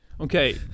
okay